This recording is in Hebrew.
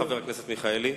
תודה, חבר הכנסת מיכאלי.